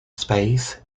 space